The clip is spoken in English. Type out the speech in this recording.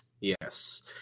Yes